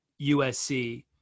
USC